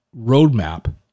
roadmap